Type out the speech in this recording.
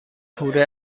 کوره